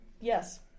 Yes